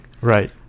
Right